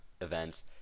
events